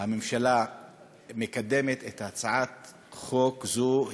הממשלה מקדמת הצעת חוק זו.